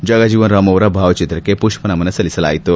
ಜಗಜೀವನ್ ರಾಂ ಅವರ ಭಾವಚಿತ್ರಕ್ಕೆ ಮಷ್ವನಮನ ಸಲ್ಲಿಸಲಾಯಿತು